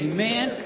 Amen